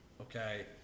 okay